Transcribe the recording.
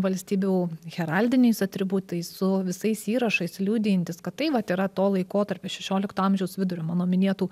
valstybių heraldiniais atributais su visais įrašais liudijantis kad tai vat yra to laikotarpio šešiolikto amžiaus vidurio mano minėtų